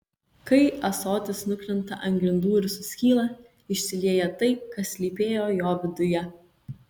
kai ąsotis nukrinta ant grindų ir suskyla išsilieja tai kas slypėjo jo viduje